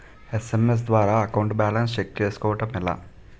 SMS ద్వారా account balance check చేసుకోవటం ఎలా?